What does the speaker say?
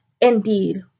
indeed